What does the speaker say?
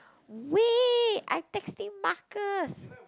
wait I texting Marcus